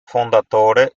fondatore